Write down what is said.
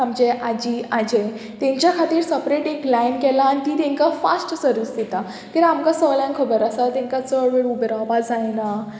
आमचे आजी आजे तेंच्या खातीर सपरेट एक लायन केला आनी ती तांकां फास्ट सर्वीस दिता किद्याक आमकां सगल्यांक खबर आसा तांकां चड वेळ उबरावपा जायना